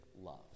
love